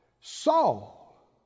Saul